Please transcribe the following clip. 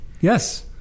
Yes